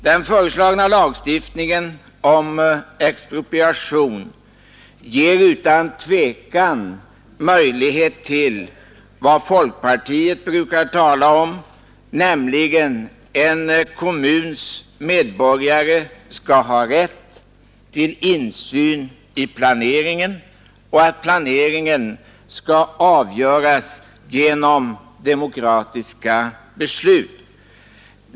Den föreslagna lagstiftningen om expropriation ger utan tvivel möjlighet till vad folkpartiet brukar tala om, nämligen att en kommuns medborgare skall ha rätt till insyn i planeringen och att planeringen skall avgöras genom demokratiska beslut.